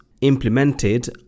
implemented